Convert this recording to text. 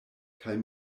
kaj